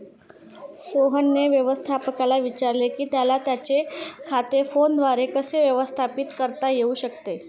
सोहनने व्यवस्थापकाला विचारले की त्याला त्याचे खाते फोनद्वारे कसे व्यवस्थापित करता येऊ शकते